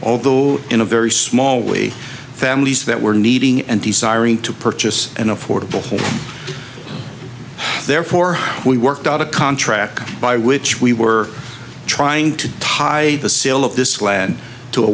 although in a very small way families that were needing and desiring to purchase an affordable home therefore we worked out a contract by which we were trying to tie the sale of this land to a